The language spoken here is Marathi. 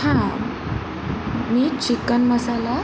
हां मी चिकन मसाला